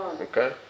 okay